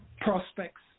prospects